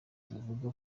tuvuge